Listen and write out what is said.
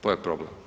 To je problem.